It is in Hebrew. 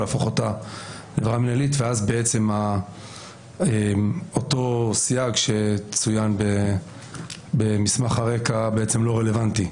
ואז בעצם אותו סייג שצוין במסמך הרקע בעצם לא רלוונטי,